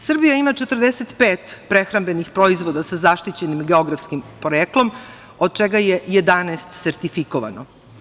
Srbija ima 45 prehrambenih proizvoda sa zaštićenim geografskim poreklom, od čega je 11 sertifikovano.